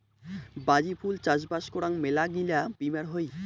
বাজি ফুল চাষবাস করাং মেলাগিলা বীমার হই